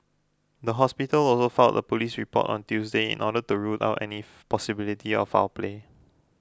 the hospital also filed a police report on Tuesday in order to rule out any possibility of foul play